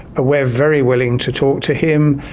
we're very willing to talk to him.